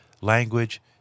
language